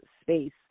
space